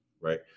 Right